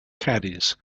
caddies